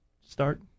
start